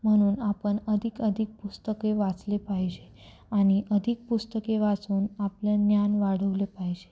म्हणून आपण अधिक अधिक पुस्तके वाचले पाहिजे आणि अधिक पुस्तके वाचून आपलं ज्ञान वाढवले पाहिजे